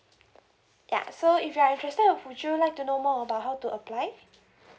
ya so if you are interested would you like to know more about how to apply